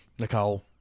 Nicole